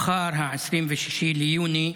מחר, 26 ביוני,